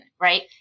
right